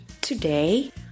Today